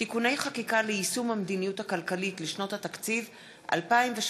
(תיקוני חקיקה ליישום המדיניות הכלכלית לשנות התקציב 2017 2018),